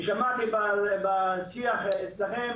שמעתי בשיח אצלכם